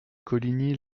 coligny